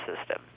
system